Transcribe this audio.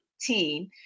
team